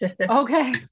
Okay